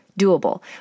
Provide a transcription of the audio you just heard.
doable